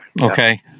Okay